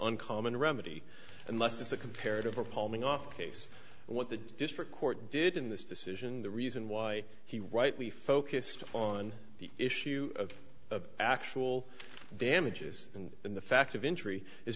uncommon remedy unless it's a comparative appalling off case what the district court did in this decision the reason why he rightly focused on the issue of actual damages and the fact of injury is